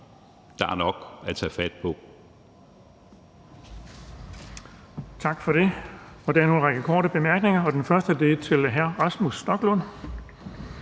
Der er nok at tage fat på.